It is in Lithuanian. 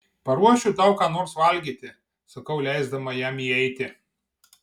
paruošiu tau ką nors valgyti sakau leisdama jam įeiti